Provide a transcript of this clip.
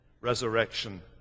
resurrection